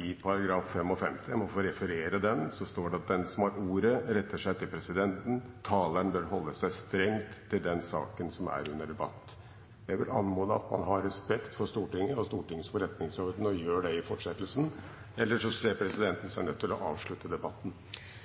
I § 55 – presidenten må få referere til den – står det at den som har ordet, retter det til presidenten, og at taleren bør holde seg strengt til den saken som er under debatt. Jeg vil anmode om at man har respekt for Stortinget og Stortingets forretningsorden, og har det i fortsettelsen, ellers ser presidenten